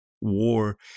war